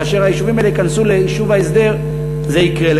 כאשר היישובים האלה ייכנסו ליישוב ההסדר, זה יקרה.